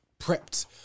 prepped